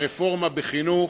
הרפורמה בחינוך,